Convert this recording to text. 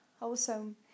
awesome